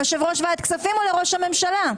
ליושב-ראש ועדת כספים או לראש הממשלה?